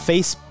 face